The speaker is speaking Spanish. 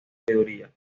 sabiduría